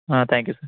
ah thank you sir